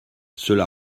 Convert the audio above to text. cela